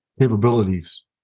Capabilities